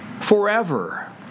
forever